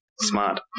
Smart